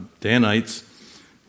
Danites